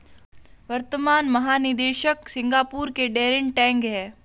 वर्तमान महानिदेशक सिंगापुर के डैरेन टैंग हैं